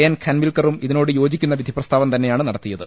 N ഖൻവിൽക്കറും ഇതിനോട് യോജിക്കുന്ന വിധിപ്രസ്താവം തന്നെ യാണ് നടത്തിയത്